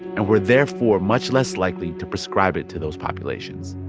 and were, therefore, much less likely to prescribe it to those populations